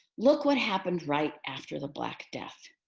look what happened right after the black death.